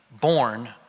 born